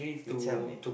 you tell me